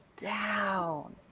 down